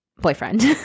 boyfriend